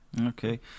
Okay